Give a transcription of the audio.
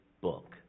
book